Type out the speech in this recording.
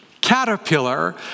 caterpillar